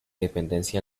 dependencia